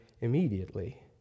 immediately